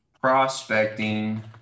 prospecting